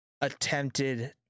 attempted